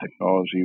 technology